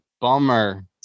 bummer